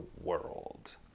world